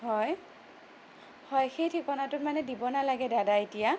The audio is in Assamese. হয় হয় সেই ঠিকনাটোত মানে দিব নালাগে দাদা এতিয়া